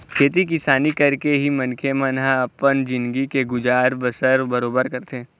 खेती किसानी करके ही मनखे मन ह अपन जिनगी के गुजर बसर बरोबर करथे